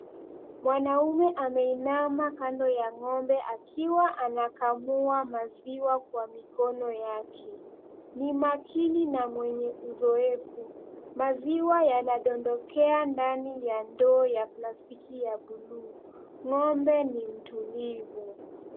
Mwanaume ameinama kando ya ng'ombe akiwa anakamua maziwa kwa mikono yake, ni makini na mwenye uzoefu, maziwa yanadondokea ndani ya ndoo ya plastiki ya buluu. Ng'ombe ni mtulivu.